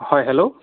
হয় হেল্ল'